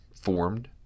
formed